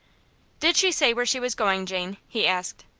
did she say where she was going, jane? he asked.